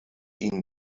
ihnen